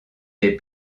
des